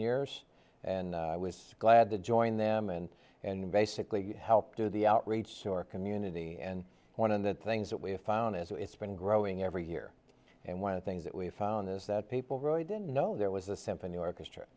years and i was glad to join them and and basically help do the outreach to our community and one of the things that we have found is that it's been growing every year and one of the things that we found is that people really didn't know there was a symphony orchestra